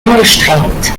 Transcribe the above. angestrengt